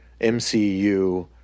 MCU